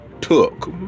took